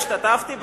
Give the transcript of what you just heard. השתתפתי בהן.